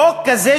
חוק כזה,